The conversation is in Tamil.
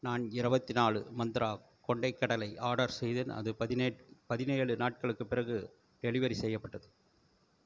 நான் இரபத்தினாலு மந்த்ரா கொண்டைக்கடலை ஆர்டர் செய்தேன் அது பதினேழு நாட்களுக்குப் பிறகு டெலிவரி செய்யப்பட்டது